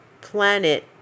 planet